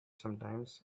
sometimes